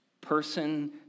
person